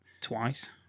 Twice